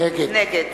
נגד